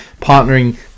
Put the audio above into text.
Partnering